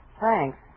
thanks